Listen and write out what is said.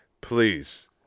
please